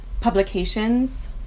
publications